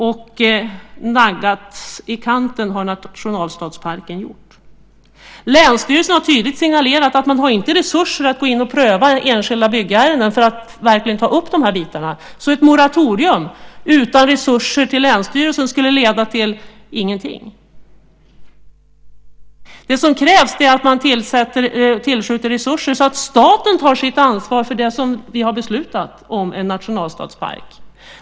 Nationalstadsparken har naggats i kanten. Länsstyrelsen har tydligt signalerat att man inte har resurser att gå in och pröva enskilda byggärenden för att verkligen ta upp de här bitarna, så ett moratorium utan resurser till länsstyrelsen skulle inte leda till någonting. Vad som krävs är att resurser tillskjuts så att staten tar sitt ansvar för det vi beslutat om: en nationalstadspark.